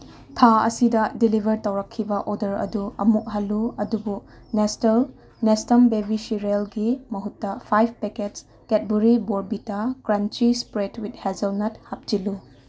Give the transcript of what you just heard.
ꯊꯥ ꯑꯁꯤꯗ ꯗꯤꯂꯤꯚꯔ ꯇꯧꯔꯛꯈꯤꯕ ꯑꯣꯗꯔ ꯑꯗꯨ ꯑꯃꯨꯛ ꯍꯜꯂꯨ ꯑꯗꯨꯕꯨ ꯅꯦꯁꯇꯜ ꯕꯦꯕꯤ ꯁꯤꯔꯦꯜꯒꯤ ꯃꯍꯨꯠꯇ five packs Cadbury Bournvita crunchy spread with hazelnut ꯍꯥꯞꯆꯤꯜꯂꯨ